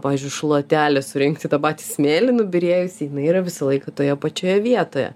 pavyzdžiui šluotelė surinkti tą patį smėlį nubyrėjusį jinai yra visą laiką toje pačioje vietoje